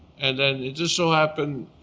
and then it just so happened